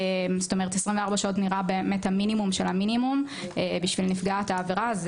24 שעות נראה המינימום של המינימום בשביל נפגעת העבירה.